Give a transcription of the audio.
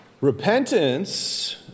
Repentance